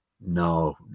no